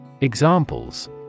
Examples